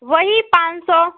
वही पाँच सौ